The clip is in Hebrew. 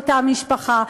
מאותה משפחה.